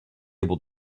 able